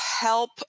help